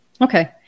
Okay